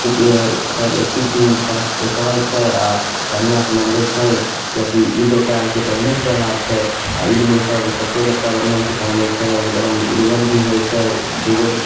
किछु किछु दिनसँ सहैत छै आ बढ़िआँ से मनबैत छै किएकि ईद ओकरा प्रमुख त्यौहार छै आ ईदमे ओ सब कपड़ो लत्ता बढ़िआँ से पहनैत छै एगदम मिलन भी होयत छै दू गो